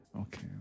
okay